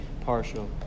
partial